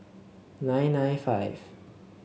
nine nine five